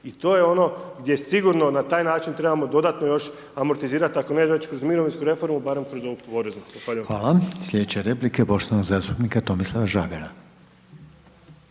i to je ono gdje sigurno na taj način trebamo dodatno još amortizirati ako ne već kroz mirovinsku reformu, barem kroz ovu poreznu. Zahvaljujem. **Reiner, Željko (HDZ)** Hvala.